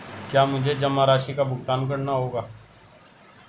क्या मुझे जमा राशि का भुगतान करना होगा?